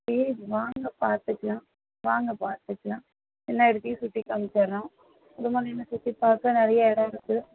சரி வாங்க பார்த்துக்கலாம் வாங்க பார்த்துக்கலாம் எல்லா இடத்தையும் சுற்றி காமிச்சிடுறோம் முதுமலையில் சுற்றி பார்க்க நிறையா இடம் இருக்குது